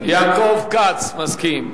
יעקב כץ, מסכים.